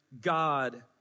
God